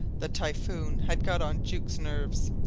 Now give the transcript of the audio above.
the typhoon had got on jukes nerves.